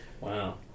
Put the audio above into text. wow